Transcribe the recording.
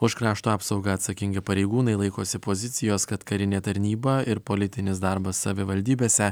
už krašto apsaugą atsakingi pareigūnai laikosi pozicijos kad karinė tarnyba ir politinis darbas savivaldybėse